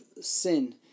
sin